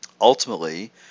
Ultimately